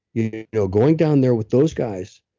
you know going down there with those guys,